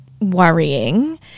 worrying